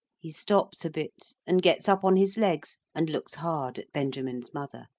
he stops a bit, and gets up on his legs, and looks hard at benjamin's mother.